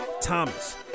Thomas